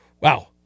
wow